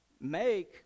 make